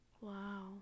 Wow